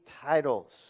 titles